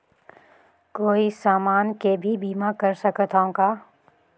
कोई समान के भी बीमा कर सकथव का?